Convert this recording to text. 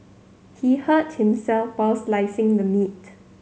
he hurt himself while slicing the meat